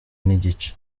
n’igice